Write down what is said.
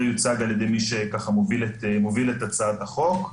יוצג על-ידי מי שמוביל את הצעת החוק.